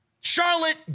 Charlotte